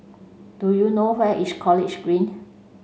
do you know where is College Green